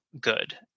good